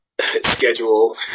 schedule